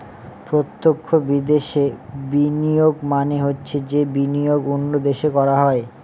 প্রত্যক্ষ বিদেশে বিনিয়োগ মানে হচ্ছে যে বিনিয়োগ অন্য দেশে করা হয়